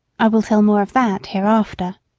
i will tell more of that hereafter.